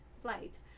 flight